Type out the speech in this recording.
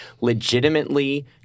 legitimately